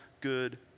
good